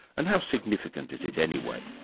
and how significant is it anyway?